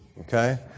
Okay